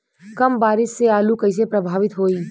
कम बारिस से आलू कइसे प्रभावित होयी?